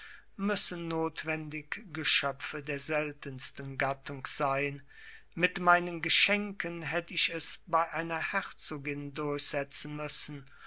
müssen notwendig geschöpfe der seltensten gattung sein mit meinen geschenken hätt ich es bei einer herzogin durchsetzen müssen